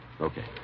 Okay